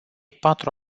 patru